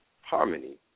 harmony